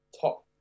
top